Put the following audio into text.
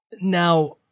Now